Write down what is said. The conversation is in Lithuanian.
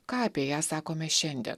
ką apie ją sakome šiandien